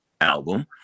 album